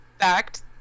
fact